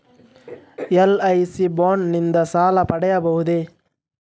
LIC bond ನಿಂದ ಸಾಲ ಪಡೆಯಬಹುದೇ?